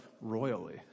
royally